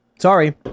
sorry